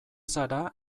zara